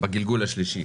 בגלגול השלישי.